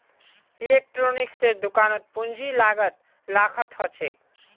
इलेक्ट्रॉनिक्सेर दुकानत पूंजीर लागत लाखत ह छेक